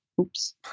Oops